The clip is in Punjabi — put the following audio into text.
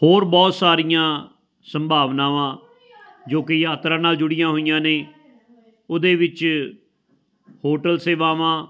ਹੋਰ ਬਹੁਤ ਸਾਰੀਆਂ ਸੰਭਾਵਨਾਵਾਂ ਜੋ ਕਿ ਯਾਤਰਾ ਨਾਲ ਜੁੜੀਆਂ ਹੋਈਆਂ ਨੇ ਉਹਦੇ ਵਿੱਚ ਹੋਟਲ ਸੇਵਾਵਾਂ